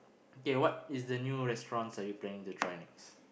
ya what is the new restaurants are you planning to try next